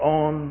on